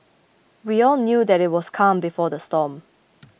we all knew that it was the calm before the storm